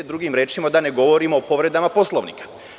Drugim rečima, da ne govorim o povredama Poslovnika.